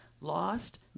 lost